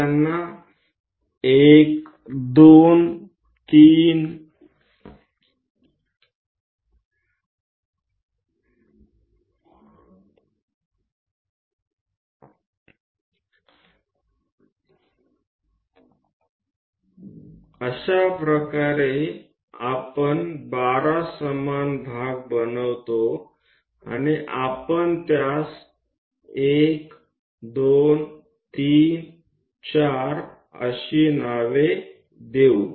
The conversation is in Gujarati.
તે રીતે આપણે 12 સમાન ભાગો બનાવીશું અને આપણે તેને તેમણે 1234 અને તે રીતે નામ આપીશું